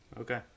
Okay